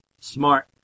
smart